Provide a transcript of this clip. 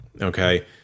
Okay